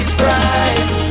price